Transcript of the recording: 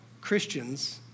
Christians